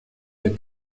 der